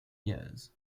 years